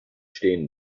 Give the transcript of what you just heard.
stehen